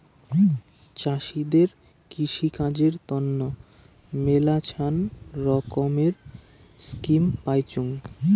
চাষীদের কৃষিকাজের তন্ন মেলাছান রকমের স্কিম পাইচুঙ